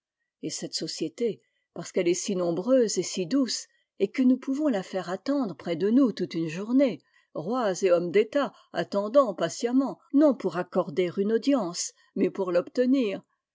et cette société parce qu'elle est si nombreuse et si douce et que nous pouvons la faire attendre près de nous toute une journée rois et hommes d'etat attendant patiemment non pour accorder une audience mais pour l'obtenir